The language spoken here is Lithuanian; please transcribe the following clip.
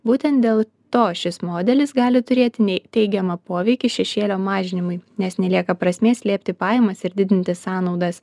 būtent dėl to šis modelis gali turėt nei teigiamą poveikį šešėlio mažinimui nes nelieka prasmės slėpti pajamas ir didinti sąnaudas